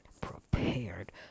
prepared